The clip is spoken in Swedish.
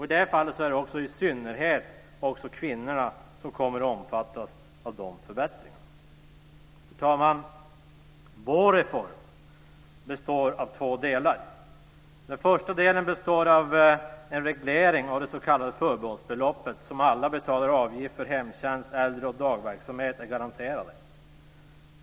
I det här fallet kommer i synnerhet kvinnorna att omfattas av förbättringarna. Fru talman! Vår reform består av två delar. Den första delen består av en reglering av det s.k. förbehållsbeloppet som alla som betalar avgift för hemtjänst och äldreomsorg i dagverksamhet är garanterade.